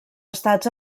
estats